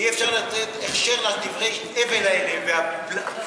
ואי-אפשר לתת הכשר לדברי ההבל האלה ודברי הבלע האלה.